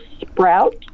sprout